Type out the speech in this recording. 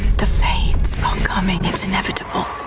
the fades are coming. it's inevitable.